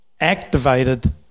activated